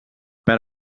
per